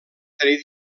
tenir